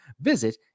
visit